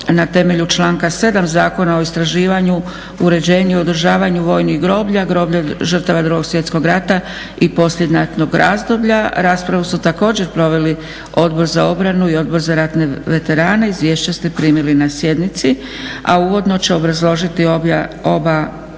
na temelju članka 7. Zakona o istraživanju, uređenju, održavanju vojnih groblja, groblja žrtava Drugog svjetskog rata i poslijeratnog razdoblja. Raspravu su također proveli Odbor za obranu i Odbor za ratne veterane. Izvješća ste primili na sjednici, a uvodno će obrazložiti oba